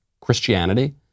Christianity